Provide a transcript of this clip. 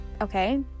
okay